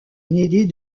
inédits